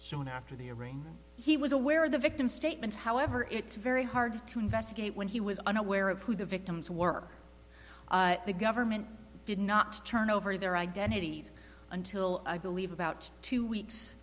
zone after the arraignment he was aware of the victim's statement however it's very hard to investigate when he was unaware of who the victims were the government did not turn over their identities until i believe about two weeks